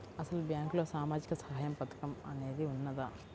అసలు బ్యాంక్లో సామాజిక సహాయం పథకం అనేది వున్నదా?